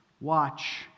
watch